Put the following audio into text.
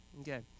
Okay